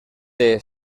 the